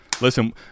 Listen